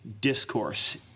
discourse